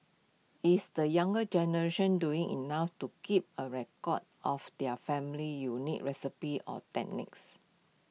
is the younger generation doing enough to keep A record of their family's unique recipes or techniques